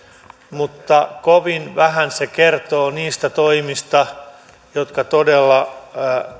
mutta kovin vähän se kertoo niistä toimista jotka todella